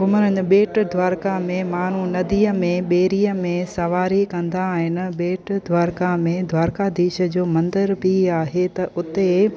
घुमण अने भेट द्वारका में माण्हू नदीअ में ॿेड़ीअ में सवारी कंदा आहिनि भेट द्वारका में द्वारकाधीश जो मंदर बि आहे त उते